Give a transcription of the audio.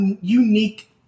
unique